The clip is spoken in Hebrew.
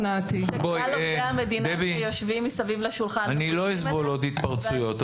דבי, אני לא אסבול עוד התפרצויות.